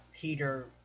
Peter